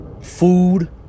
food